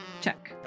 Check